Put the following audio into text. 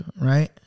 right